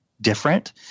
different